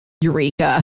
Eureka